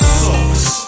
sauce